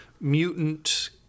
mutant